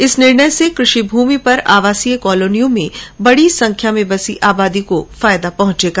इस निर्णय से कृषि भूमि पर आवासीय कॉलोनियों में बडी संख्या में बसी आबादी को लाभ मिलेगा